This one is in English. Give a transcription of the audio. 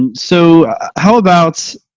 and so how about